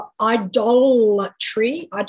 idolatry